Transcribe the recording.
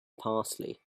parsley